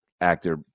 actor